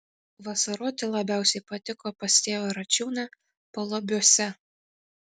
vasaroti labiausiai patiko pas tėvą račiūną paluobiuose